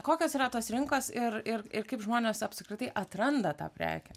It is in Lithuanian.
kokios yra tos rinkos ir ir ir kaip žmonės apskritai atranda tą prekę